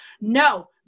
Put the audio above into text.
No